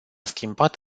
schimbat